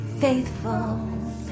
Faithful